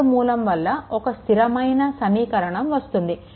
current మూలం వల్ల ఒక స్థిరమైన సమీకరణం వస్తుంది